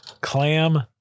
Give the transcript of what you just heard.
Clam